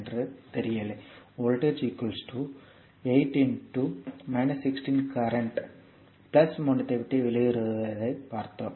அந்த voltage 8 1 6 current முனையத்தை விட்டு வெளியேறுவதைப் பார்த்தோம்